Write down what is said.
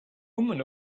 woman